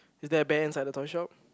is there a bear inside the toy shop